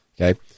Okay